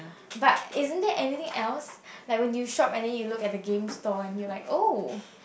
but it isn't any thing else like when you shop and then you look at the game store and you will like oh